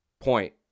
point